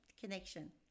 connection